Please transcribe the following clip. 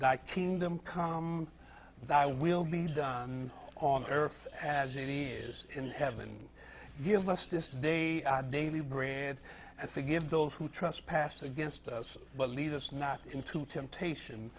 die kingdom come thy will be done on earth as it is in heaven give us this day daily bread and forgive those who trespass against us but lead us not into temptation